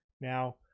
Now